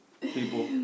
people